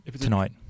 tonight